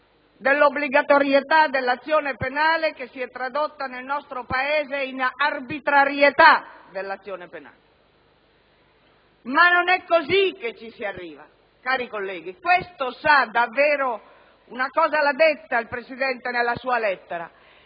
della obbligatorietà dell'azione penale, che si è tradotta nel nostro Paese in arbitrarietà dell'azione penale. Ma non è così che ci si arriva, cari colleghi. Una cosa l'ha detta, il Presidente del Consiglio,